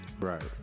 Right